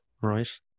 right